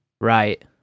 right